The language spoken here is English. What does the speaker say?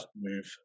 move